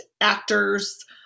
actors